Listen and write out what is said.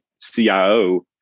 CIO